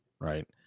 right